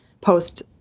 post